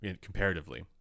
comparatively